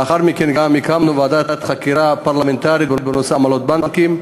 ולאחר מכן גם הקמנו ועדת חקירה פרלמנטרית בנושא עמלות הבנקים,